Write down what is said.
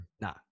No